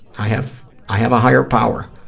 i have i have a higher power.